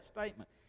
statement